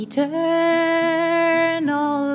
Eternal